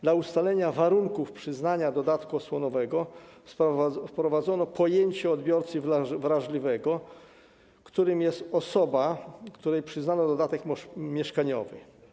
Dla ustalenia warunków przyznania dodatku osłonowego wprowadzono pojęcie odbiorcy wrażliwego, którym jest osoba, której przyznano dodatek mieszkaniowy.